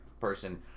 person